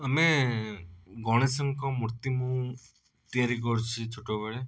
ଆମେ ଗଣେଶଙ୍କ ମୂର୍ତ୍ତି ମୁଁ ତିଆରି କରିଛି ଛୋଟବେଳେ